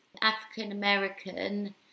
African-American